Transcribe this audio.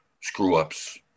screw-ups